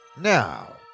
Now